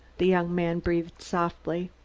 the young man breathed softly.